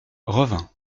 revin